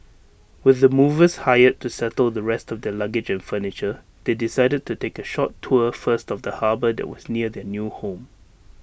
with the movers hired to settle the rest of their luggage and furniture they decided to take A short tour first of the harbour that was near their new home